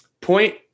point